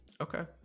Okay